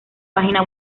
página